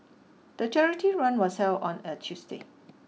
the charity run was held on a Tuesday